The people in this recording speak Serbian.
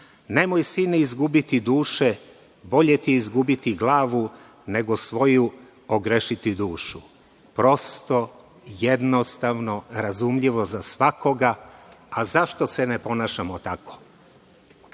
Nemoj, sine, izgubiti duše, bolje ti je izgubiti glavu, nego svoju ogrešiti dušu“. Prosto, jednostavno, razumljivo za svakoga. A zašto se ne ponašamo tako? Mi